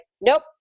nope